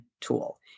tool